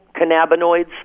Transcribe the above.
cannabinoids